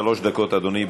שלוש דקות, אדוני.